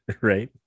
Right